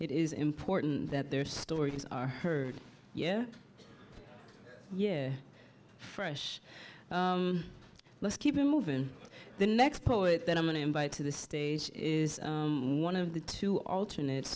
it is important that their stories are heard yeah yeah fresh let's keep it moving the next poet that i'm going to invite to the stage is one of the two alternate